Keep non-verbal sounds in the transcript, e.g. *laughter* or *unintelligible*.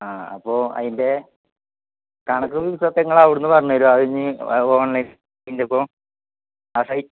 ആ അപ്പോൾ അതിൻ്റെ കണക്ക് *unintelligible* നിങ്ങൾ അവിടെ നിന്ന് പറഞ്ഞു തരുമോ ഓരോ അത് ഇനി ഓൺലൈ *unintelligible*